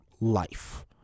life